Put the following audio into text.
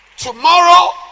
Tomorrow